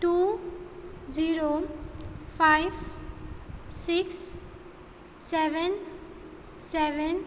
two zero five six seven seven